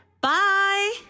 Bye